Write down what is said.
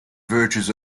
virtues